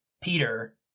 Peter